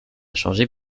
changer